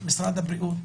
זה משרד הבריאות,